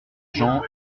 gens